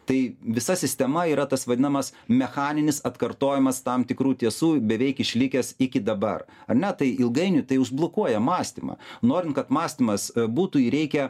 tai visa sistema yra tas vadinamas mechaninis atkartojimas tam tikrų tiesų beveik išlikęs iki dabar ar ne tai ilgainiui tai užblokuoja mąstymą norint kad mąstymas būtų jį reikia